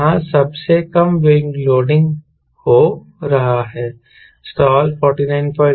यहां सबसे कम विंग लोड हो रहा है स्टाल 498 kgm2 है